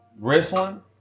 wrestling